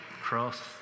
Cross